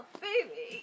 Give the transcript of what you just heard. baby